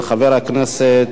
של חברת הכנסת